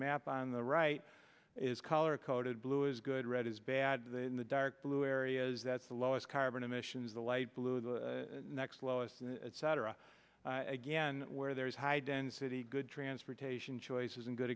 map on the right is color coded blue is good red is bad then the dark blue areas that's the lowest carbon emissions the light blue the next lowest cetera again where there is high density good transportation choices and good